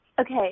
okay